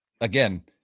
again